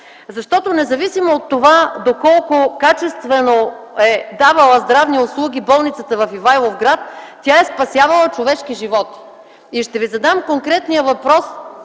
Защото, независимо от това доколко качествено е давала здравни услуги, болницата в Ивайловград, е спасявала човешки живот. И ще Ви задам конкретния въпрос,